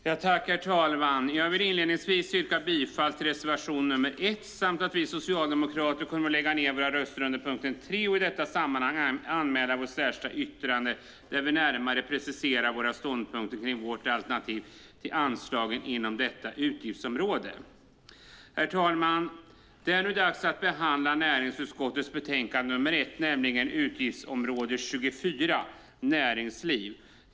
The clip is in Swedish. Herr talman! Jag vill inledningsvis yrka bifall till reservation nr 1. Vi socialdemokrater kommer att lägga ned våra röster under punkt 3 och i detta sammanhang anmäla vårt särskilda yttrande, där vi närmare preciserar våra ståndpunkter kring vårt alternativ till anslagen inom detta utgiftsområde. Herr talman! Det är nu dags att behandla näringsutskottets betänkande nr 1, nämligen Utgiftsområde 24 Näringsliv .